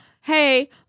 hey